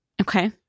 Okay